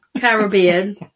Caribbean